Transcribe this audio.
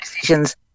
decisions